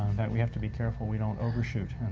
that we have to be careful we don't overshoot.